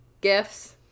Gifts